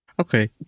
Okay